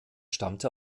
stammte